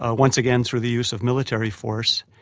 ah once again through the use of military force,